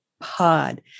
Pod